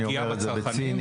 אני אומר את זה בציניות.